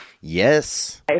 Yes